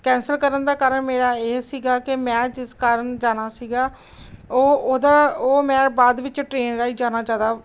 cancel ਕਰਨ ਦਾ ਕਾਰਨ ਮੇਰਾ ਇਹ ਸੀਗਾ ਕਿ ਮੈਂ ਜਿਸ ਕਾਰਨ ਜਾਣਾ ਸੀਗਾ ਉਹ ਉਹਦਾ ਉਹ ਮੈਂ ਬਾਅਦ ਵਿੱਚ ਟ੍ਰੇਨ ਰਾਹੀਂ ਜਾਣਾ ਜ਼ਿਆਦਾ